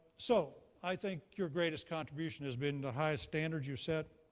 so, i think your greatest contribution has been the highest standards you set,